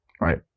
Right